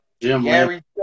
Gary